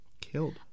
killed